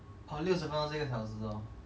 这个投资